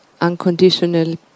unconditional